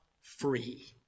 free